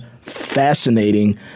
fascinating